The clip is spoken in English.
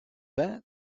that